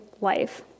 life